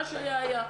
מה שהיה היה.